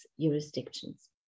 jurisdictions